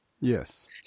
yes